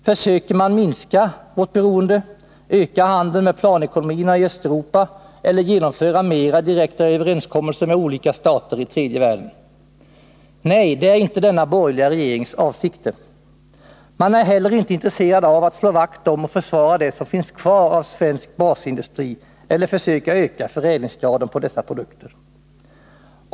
Försöker man att minska vårt beroende, öka handeln med planekonomierna i Östeuropa eller genomföra mera direkta överenskommelser med olika stater i tredje världen? Nej, det är inte denna borgerliga regerings avsikter. Man är heller inte intresserad av att slå vakt om och försvara det som finns kvar av svensk basindustri eller försöka öka förädlingsgraden på dessa produkter.